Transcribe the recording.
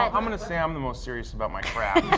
um i'm going to say i'm the most serious about my craft.